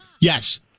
Yes